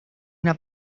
una